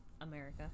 America